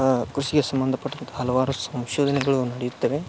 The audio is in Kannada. ಕೃಷಿಗೆ ಸಂಬಂಧಪಟ್ಟಂಥ ಹಲವಾರು ಸಂಶೋಧನೆಗಳು ನಡೆಯುತ್ತವೆ